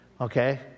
Okay